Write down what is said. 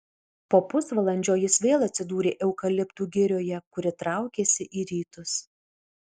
po pusvalandžio jis vėl atsidūrė eukaliptų girioje kuri traukėsi į rytus